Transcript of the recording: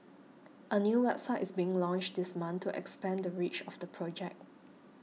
a new website is being launched this month to expand the reach of the project